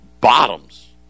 bottoms